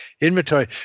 inventory